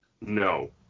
No